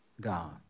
God